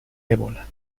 ébola